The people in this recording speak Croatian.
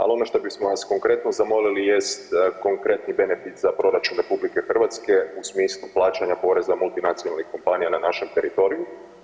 Ali ono što bismo vas konkretno zamolili jest konkretni benefit za proračun RH u smislu plaćanja poreza multinacionalnih kompanija na našem teritoriju.